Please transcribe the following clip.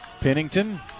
Pennington